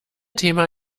thema